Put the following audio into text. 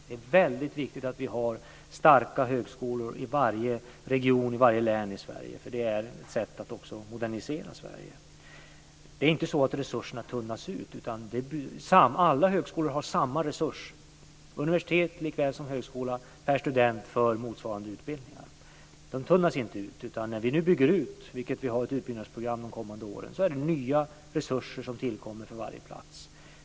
Det är viktigt att vi har starka högskolor i varje region och län i Sverige. Det är ett sätt att modernisera Sverige. Det är inte så att resurserna tunnas ut. Alla högskolor har samma resurser - universitet likväl som högskola - per student för motsvarande utbildningar. De tunnas inte ut. När vi nu bygger ut enligt ett utbyggnadsprogram för de kommande åren, är det nya resurser som tillkommer för varje plats.